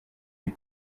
des